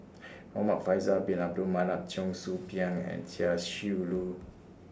Muhamad Faisal Bin Abdul Manap Cheong Soo Pieng and Chia Shi Lu